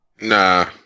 Nah